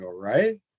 right